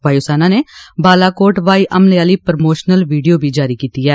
वायु सेना नै बालाकोट ब्हाई हमले आह्ली प्रमोशनल वीडियो बी जारी कीती ऐ